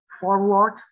forward